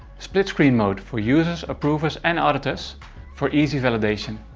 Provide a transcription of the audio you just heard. split screen mode for users, approvers and auditors for easy validation.